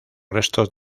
restos